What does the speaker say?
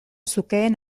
zukeen